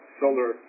solar